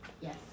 Yes